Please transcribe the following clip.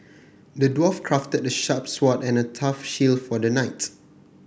the dwarf crafted a sharp sword and a tough shield for the knight